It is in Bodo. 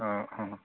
अ अ